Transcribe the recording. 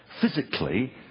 physically